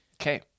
Okay